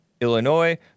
Illinois